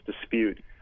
dispute